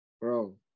bro